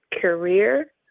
career